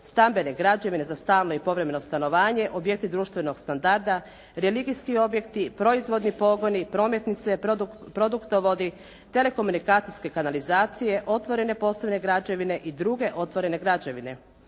stambene građevine za stalno i povremeno stanovanje, objekti društvenog standarda, religijski objekti, proizvodni pogoni, prometnice, produktovodi, telekomunikacijske kanalizacije, otvorene posebne građevine i druge otvorene građevine.